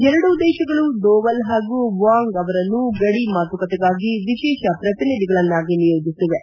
ಎರಡೂ ದೇಶಗಳು ದೋವಲ್ ಪಾಗೂ ವಾಂಗ್ ಅವರನ್ನು ಗಡಿ ಮಾತುಕತೆಗಾಗಿ ವಿಶೇಷ ಪ್ರತಿನಿಧಿಗಳನ್ನಾಗಿ ನಿಯೋಜಿಸಿವೆ